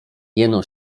jeno